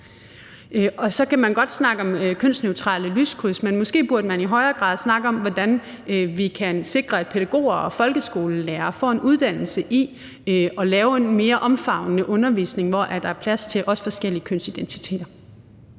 Og så kan man godt snakke om kønsneutrale lyskryds, men måske burde man i højere grad snakke om, hvordan vi kan sikre, at pædagoger og folkeskolelærere får en uddannelse i at lave en mere omfavnende undervisning, hvor der også er plads til forskellige kønsidentiteter.